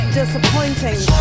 disappointing